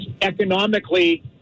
economically